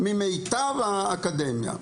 ממיטב האקדמיה.